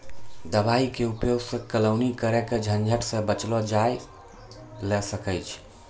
दवाई के उपयोग सॅ केलौनी करे के झंझट सॅ बचलो जाय ल सकै छै